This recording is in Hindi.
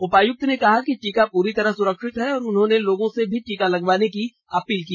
उपायुक्त ने कहा कि टीका पूरी तरह सुरक्षित है और उन्होंने लोगों से भी टीका लगवाने की अपील की